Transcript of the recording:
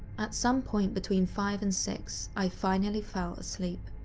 at some point between five and six, i finally fell asleep.